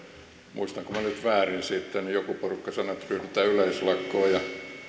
muistankohan nyt väärin sitten joku porukka sanoi että ryhdytään yleislakkoon ja